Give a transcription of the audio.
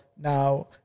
now